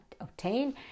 obtain